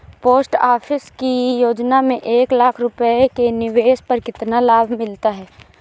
Post office की योजना में एक लाख रूपए के निवेश पर कितना लाभ मिलता है?